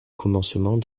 commencement